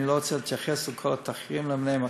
אני לא רוצה להתייחס לכל התחקירים למיניהם,